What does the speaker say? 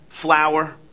flour